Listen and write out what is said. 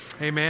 Amen